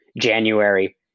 January